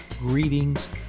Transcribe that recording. Greetings